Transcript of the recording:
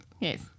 Yes